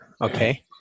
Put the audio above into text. Okay